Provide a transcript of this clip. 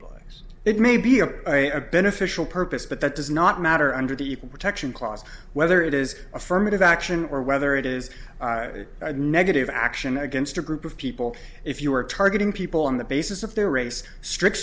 bugs it may be of a beneficial purpose but that does not matter under the equal protection clause whether it is affirmative action or whether it is a negative action against a group of people if you are targeting people on the basis of their race strict